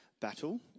battle